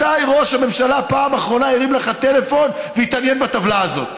מתי ראש הממשלה פעם אחרונה הרים לך טלפון והתעניין בטבלה הזאת?